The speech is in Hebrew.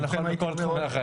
זה נכון בכל תחום בחיים.